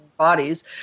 bodies